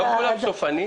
לא כולם סופניים.